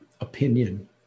opinion